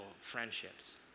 friendships